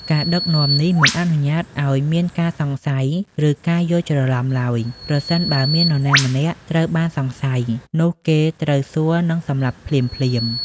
ការដឹកនាំនេះមិនអនុញ្ញាតឱ្យមានការសង្ស័យឬការយល់ច្រឡំឡើយ ប្រសិនបើមាននរណាម្នាក់ត្រូវបានសង្ស័យ នោះគេត្រូវសួរនិងសម្លាប់ភ្លាមៗ។